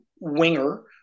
winger